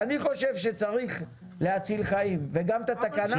ואני חושב שצריך להציל חיים וגם את התקנה.